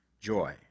joy